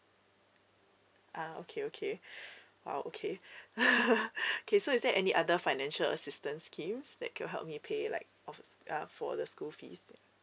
uh okay okay oh okay okay so is there any other financial assistance schemes that could help me pay like uh for the school fees